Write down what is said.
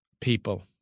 people